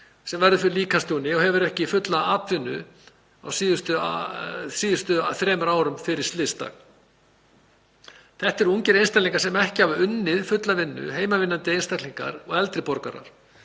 sem verður fyrir líkamstjóni og hefur ekki fulla atvinnu á síðustu þremur árum fyrir slysdag. Þetta eru ungir einstaklingar sem ekki hafa unnið fulla vinnu, heimavinnandi einstaklingar og eldri borgarar.